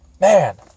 Man